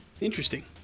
interesting